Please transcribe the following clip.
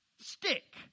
stick